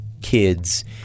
kids